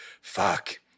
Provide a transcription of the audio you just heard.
Fuck